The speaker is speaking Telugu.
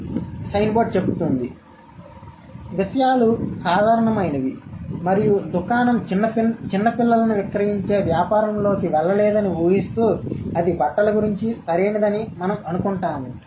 కాబట్టి విషయాలు సాధారణమైనవి మరియు దుకాణం చిన్న పిల్లలను విక్రయించే వ్యాపారంలోకి వెళ్లలేదని ఊహిస్తూ అది బట్టల గురించి సరైనదని మనం అనుకుంటాము